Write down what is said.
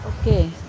Okay